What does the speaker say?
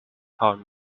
found